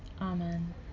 Amen